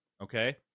okay